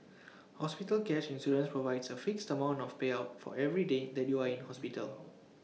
hospital cash insurance provides A fixed amount of payout for every day that you are in hospital